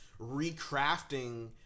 recrafting